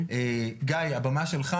גיא, הבמה שלך.